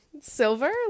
Silver